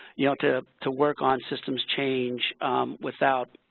you know, to to work on systems change without,